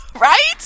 Right